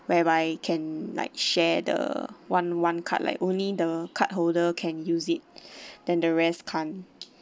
whereby can like share the one one card like only the card holder can use it then the rest can't